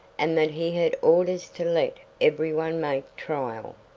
and that he had orders to let everyone make trial.